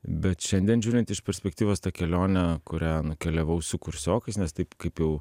bet šiandien žiūrint iš perspektyvos tą kelionę kurią nukeliavau su kursiokais nes taip kaip jau